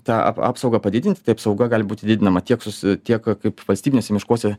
tą a apsaugą padidinti tai apsauga gali būti didinama tiek su s tiek valstybiniuose miškuose